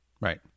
Right